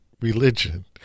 religion